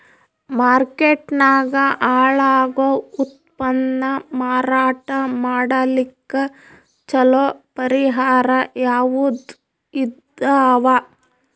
Market ನಾಗ ಹಾಳಾಗೋ ಉತ್ಪನ್ನ ಮಾರಾಟ ಮಾಡಲಿಕ್ಕ ಚಲೋ ಪರಿಹಾರ ಯಾವುದ್ ಇದಾವ?